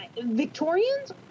Victorians